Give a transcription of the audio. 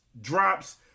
drops